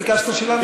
ביקשת שאלה נוספת.